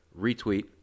retweet